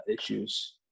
issues